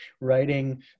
writing